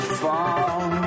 fall